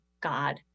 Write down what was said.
God